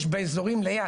יש באזורים ליד.